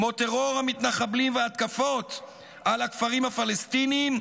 כמו טרור המתנחבלים וההתקפות על הכפרים הפלסטיניים,